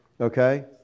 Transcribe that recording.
Okay